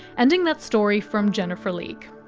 ending that story from jennifer leake.